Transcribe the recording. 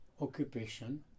occupation